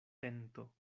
tento